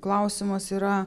klausimas yra